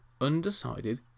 undecided